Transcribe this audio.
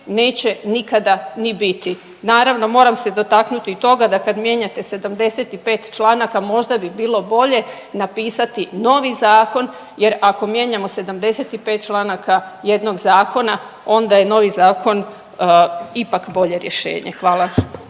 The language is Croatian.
neće nikada ni biti. Naravno moram se dotaknuti i toga da kad mijenjate 75 članaka možda bi bilo bolje napisati novi zakon jer ako mijenjamo 75 članaka jednog zakona onda je novi zakon ipak bolje rješenje. Hvala.